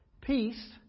peace